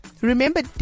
Remember